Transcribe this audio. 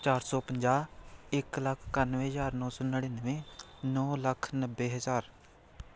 ਚਾਰ ਸੌ ਪੰਜਾਹ ਇੱਕ ਲੱਖ ਇਕਾਨਵੇਂ ਹਜ਼ਾਰ ਨੌ ਸੌ ਨੜਿਨਵੇਂ ਨੌ ਲੱਖ ਨੱਬੇ ਹਜ਼ਾਰ